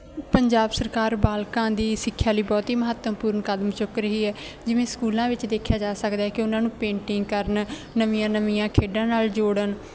ਪੰਜਾਬ ਸਰਕਾਰ ਬਾਲਕਾਂ ਦੀ ਸਿੱਖਿਆ ਲਈ ਬਹੁਤ ਹੀ ਮਹੱਤਵਪੂਰਨ ਕਦਮ ਚੁੱਕ ਰਹੀ ਹੈ ਜਿਵੇਂ ਸਕੂਲਾਂ ਵਿੱਚ ਦੇਖਿਆ ਜਾ ਸਕਦਾ ਕਿ ਉਹਨਾਂ ਨੂੰ ਪੇਂਟਿੰਗ ਕਰਨ ਨਵੀਆਂ ਨਵੀਆਂ ਖੇਡਾਂ ਨਾਲ ਜੋੜਨ